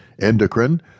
endocrine